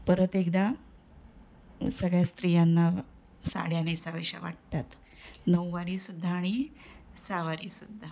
परत एकदा सगळ्या स्त्रियांना साड्या नेसाव्याशा वाटतात नऊवारी सुद्धा आणि सहावारी सुद्धा